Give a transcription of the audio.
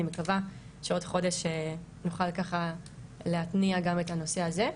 אני מקווה שעוד חודש נוכל להתניע גם את הנושא הזה.